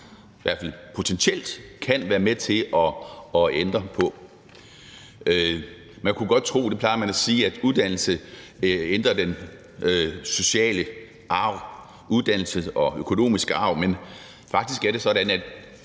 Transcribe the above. fald potentielt, kan være med til at ændre på. Man kunne godt tro, og det plejer man at sige, at uddannelse ændrer den sociale arv, den økonomiske arv, men faktisk er det sådan, at